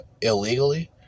illegally